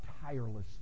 tirelessly